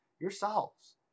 yourselves